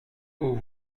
aux